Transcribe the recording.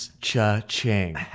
cha-ching